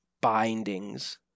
bindings